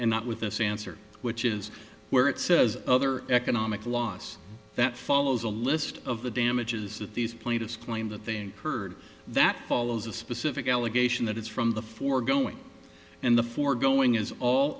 and not with this answer which is where it says other economic loss that follows a list of the damages that these plaintiffs claim that they incurred that follows a specific allegation that is from the foregoing and the foregoing is all